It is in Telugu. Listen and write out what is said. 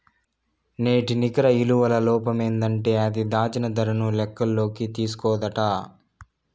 నేటి నికర ఇలువల లోపమేందంటే అది, దాచిన దరను లెక్కల్లోకి తీస్కోదట